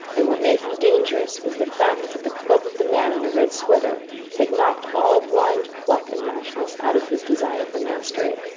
and what made him dangerous was the fact that the club of the man in the red sweater had knocked all blind pluck and rashness out of his desire for mastery.